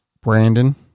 Brandon